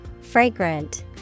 Fragrant